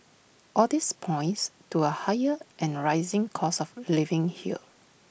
all these points to A higher and rising cost of living here